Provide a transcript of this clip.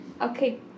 okay